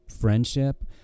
friendship